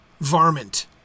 varmint